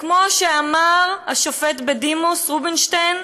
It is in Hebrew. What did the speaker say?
כמו שאמר השופט בדימוס רובינשטיין: